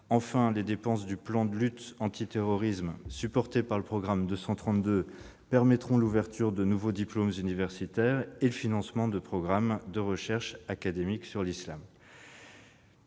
Enfin, les dépenses du plan de lutte anti-terroriste supportée par le programme 232 permettront l'ouverture de nouveaux diplômes universitaires et le financement de programmes de recherches académiques sur l'islam.